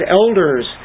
elders